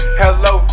hello